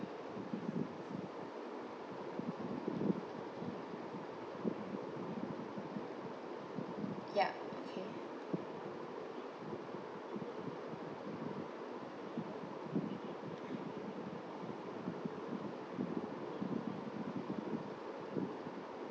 ya okay